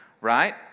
right